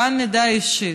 גם מידע אישי,